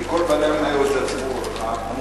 כי כל בעלי המניות זה הציבור הרחב,